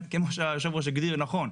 כמו שהיושב ראש הגדיר נכון.